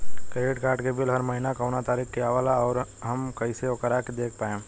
Credit card के bill हर महीना कौना तारीक के आवेला और आउर हम कइसे ओकरा के देख पाएम?